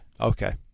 Okay